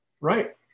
right